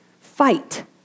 fight